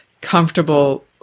comfortable